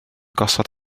gosod